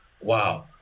wow